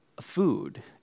food